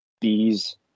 Bees